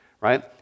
right